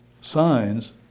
signs